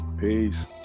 Peace